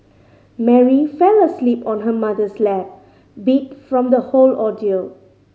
Mary fell asleep on her mother's lap beat from the whole ordeal